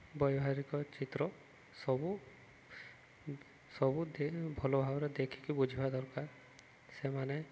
ବ୍ୟବହାରିକ ଚିତ୍ର ସବୁ ସବୁ ଭଲ ଭାବରେ ଦେଖିକି ବୁଝିବା ଦରକାର ସେମାନେ